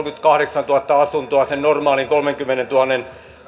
kolmekymmentäkahdeksantuhatta asuntoa sen normaalin kolmenkymmenentuhannen